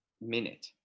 minute